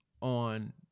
on